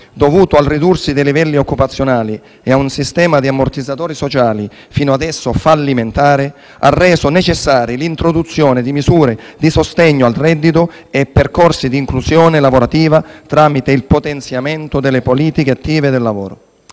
dovuto al ridursi dei livelli occupazionali e a un sistema di ammortizzatori sociali fino adesso fallimentare, ha reso necessari l'introduzione di misure di sostegno al reddito e percorsi di inclusione lavorativa tramite il potenziamento delle politiche attive del lavoro.